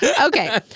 Okay